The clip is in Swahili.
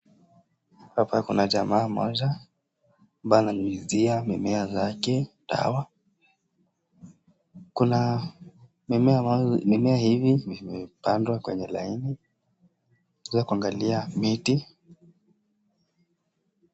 Hapa kuna jamaa mmoja ambaye ananyunyuzia mimea zake dawa. kuna mimea hii imepadwa kwenye laini unaweza kuangalia miti.